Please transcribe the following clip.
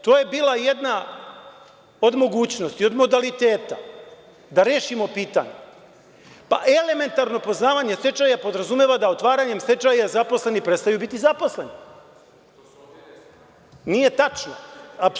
To je bila jedna od mogućnosti, od modaliteta da rešimo pitanje, pa elementarno poznavanje stečaja podrazumeva da otvaranjem stečaja zaposleni prestaju biti zaposleni. (Saša Radulović, s mesta: Što se ovde i desilo.) Nije tačno.